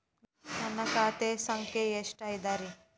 ನನ್ನ ಖಾತೆ ಸಂಖ್ಯೆ ಎಷ್ಟ ಅದರಿ?